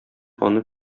аны